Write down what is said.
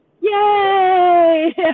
Yay